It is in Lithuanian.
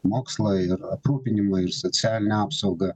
mokslai ir aprūpinimai ir socialinę apsaugą